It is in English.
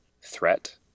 threat